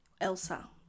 Elsa